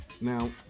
Now